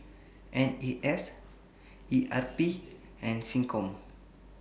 N A S E R P and Seccom